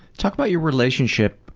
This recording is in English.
talk about your relationship